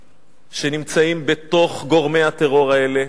שנמצאים בתוך גורמי הטרור האלה,